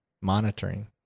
monitoring